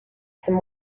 some